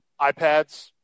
iPads